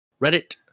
Reddit